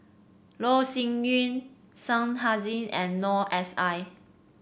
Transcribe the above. Loh Sin Yun Shah Hussain and Noor S I